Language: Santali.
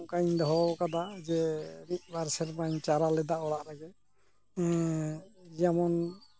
ᱚᱱᱠᱟᱧ ᱫᱚᱦᱚᱣᱟᱠᱟᱫᱟ ᱡᱮ ᱢᱤᱫ ᱵᱟᱨ ᱥᱮᱨᱢᱟᱧ ᱪᱟᱨᱟ ᱞᱮᱫᱟ ᱚᱲᱟᱜ ᱨᱮᱜᱮ ᱡᱮᱢᱚᱱ